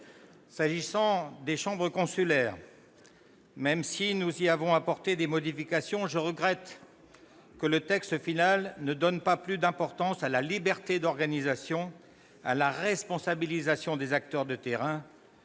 S'agissant des chambres consulaires, même si nous y avons apporté des modifications, je regrette que le texte final ne donne pas plus d'importance à la liberté d'organisation et à la responsabilisation des acteurs de terrain.